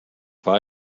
war